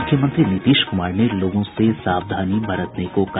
मुख्यमंत्री नीतीश कुमार ने लोगों से सावधानी बरतने को कहा